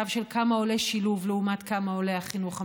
של כמה עולה שילוב לעומת כמה עולה החינוך המיוחד,